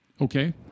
Okay